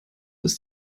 ist